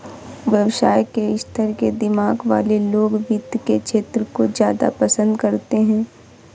व्यवसाय के स्तर के दिमाग वाले लोग वित्त के क्षेत्र को ज्यादा पसन्द करते हैं